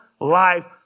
life